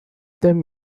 them